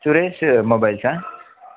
Suresh mobiles ఆ